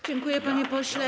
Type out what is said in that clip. Dziękuję, panie pośle.